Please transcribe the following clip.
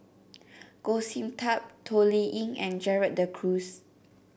Goh Sin Tub Toh Liying and Gerald De Cruz